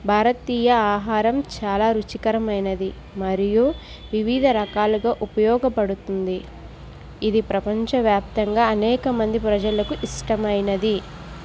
భారతీయ ఆహరం చాలా రుచికరమైనది మరియు వివిధ రకాలుగా ఉపయోగపడుతుంది ఇది ప్రపంచ వ్యాప్తంగా అనేక మంది ప్రజలకు ఇష్టమైనది